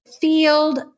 field